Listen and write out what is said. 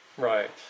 right